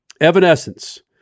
Evanescence